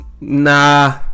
Nah